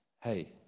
Hey